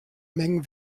mengen